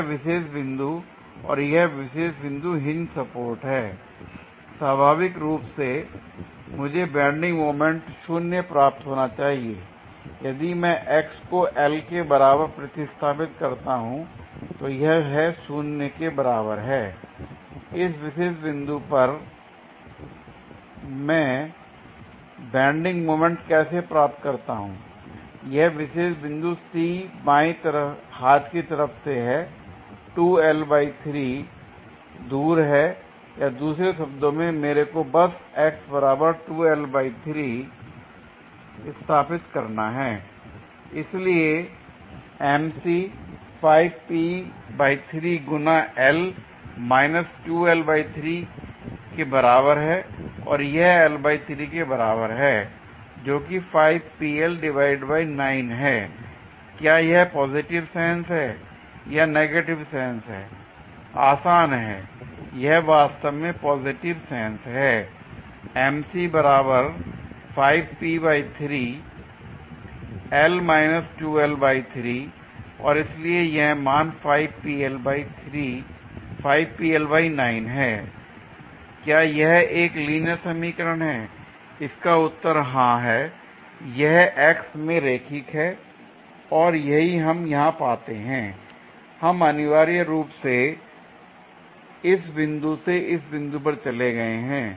यह विशेष बिंदु और यह विशेष बिंदु हिंज सपोर्ट हैं l स्वाभाविक रूप से मुझे बेंडिंग मोमेंट 0 प्राप्त होना चाहिए l यदि मैं x को L के बराबर प्रतिस्थापित करता हूं तो यह है शून्य के बराबर है l इस विशेष बिंदु पर मैं बेंडिंग मोमेंट कैसे प्राप्त करता हूं यह विशेष बिंदु C बाएं हाथ की तरफ से दूर है या दूसरे शब्दों में मेरे को बस स्थापित करना है l इसलिए गुना L माइनस के बराबर है और यह के बराबर है जोकि है l क्या यह पॉजिटिव सेंस है या नेगेटिव सेंस है आसान है यह वास्तव में पॉजिटिव सेंस है l और इसलिए यह मान है l क्या यह एक लीनियर समीकरण है इसका उत्तर हां है l यह x में रैखिक है और यही हम यहां पाते हैंl हम अनिवार्य रूप से इस बिंदु से इस बिंदु पर चले गए हैं